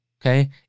okay